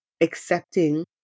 accepting